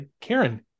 Karen